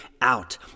out